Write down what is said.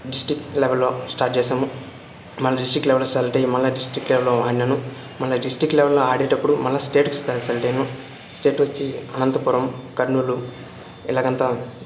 district లెవల్లో start చేశాము మళ్ళీ డిస్ట్రిక్ట్ లెవల్లో సెలక్ట్ అయ్యి మళ్ళీ డిస్ట్రిక్ట్ లెవల్లో ఆడినాను మళ్ళీ డిస్ట్రిక్ట్ లెవల్లో ఆడేటప్పుడు మళ్ళీ స్టేటుకు సెలక్ట్ అయ్యాను స్టేట్ వచ్చి అనంతపురం కర్నూలు ఇలాగంతా